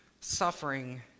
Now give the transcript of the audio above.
suffering